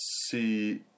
see